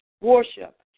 Worship